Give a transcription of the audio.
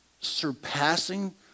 surpassing